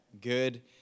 Good